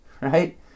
right